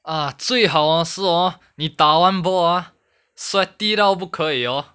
ah 最好 hor 是 hor 你打完 ball ah sweaty 到不可以 hor